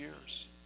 years